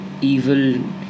evil